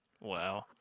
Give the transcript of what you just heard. Wow